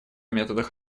методах